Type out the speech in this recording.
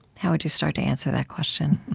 how would you start to answer that question?